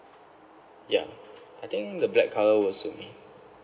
ya I think the black colour will suit me